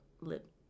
lip